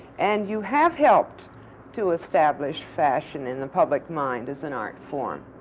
and you have helped to establish fashion in the public mind as an art form.